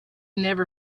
never